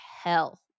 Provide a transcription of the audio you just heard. hell